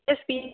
SP